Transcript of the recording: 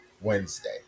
Wednesday